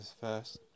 first